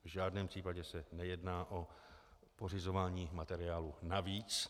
V žádném případě se nejedná o pořizování materiálu navíc.